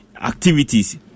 activities